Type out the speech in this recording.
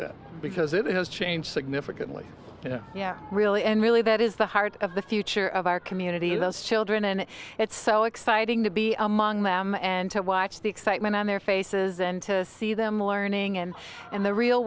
that because it has changed significantly you know yeah really and really that is the heart of the future of our community of us children and it's so exciting to be among them and to watch the excitement on their faces and to see them learning and in the real